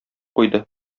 куйды